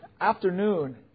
afternoon